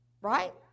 right